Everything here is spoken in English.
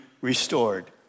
restored